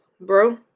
bro